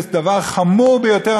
זה דבר חמור ביותר.